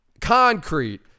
concrete